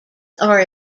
are